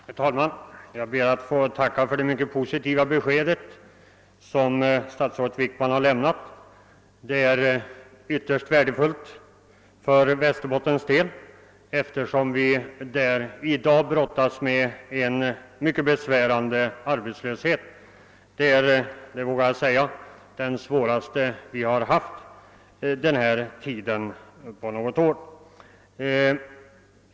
Herr talman! Jag ber att få tacka för det mycket positiva besked som statsrådet Wickman har lämnat. Det är ytterst värdefullt för Västerbottens län eftersom vi där i dag brottas med en mycket besvärande arbetslöshet. Det är, vågar jag säga, den svåraste vi har haft den här tiden under något år.